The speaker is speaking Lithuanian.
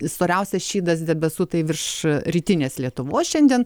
storiausias šydas debesų tai virš rytinės lietuvos šiandien